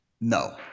No